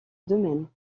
domaine